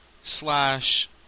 slash